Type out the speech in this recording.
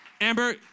Amber